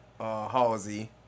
Halsey